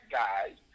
guys